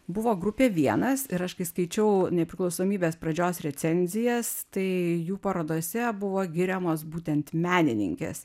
buvo grupė vienas ir aš kai skaičiau nepriklausomybės pradžios recenzijas tai jų parodose buvo giriamos būtent menininkės